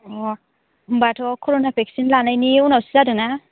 अ होनबाथ' कर'ना भेक्सिन लानायनि उनावसो जादों ना